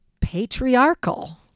patriarchal